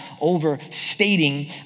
overstating